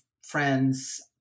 friends